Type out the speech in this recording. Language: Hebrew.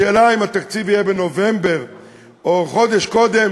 השאלה אם התקציב יהיה בנובמבר או חודש קודם